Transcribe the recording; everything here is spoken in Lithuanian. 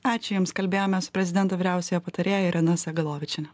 ačiū jums kalbėjomės su prezidento vyriausiąja patarėja irena sagalovičiene